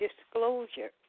disclosure